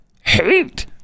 Hate